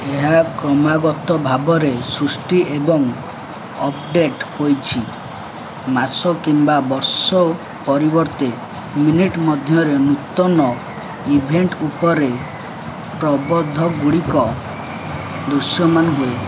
ଏହା କ୍ରମାଗତ ଭାବରେ ସୃଷ୍ଟି ଏବଂ ଅପଡ଼େଟ୍ ହୋଇଛି ମାସ କିମ୍ବା ବର୍ଷ ପରିବର୍ତ୍ତେ ମିନିଟ୍ ମଧ୍ୟରେ ନୂତନ ଇଭେଣ୍ଟଉପରେ ପ୍ରବନ୍ଧଗୁଡ଼ିକ ଦୃଶ୍ୟମାନ ହୁଏ